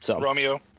Romeo